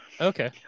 Okay